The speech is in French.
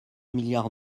milliards